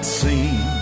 seen